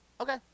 Okay